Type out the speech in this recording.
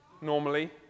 normally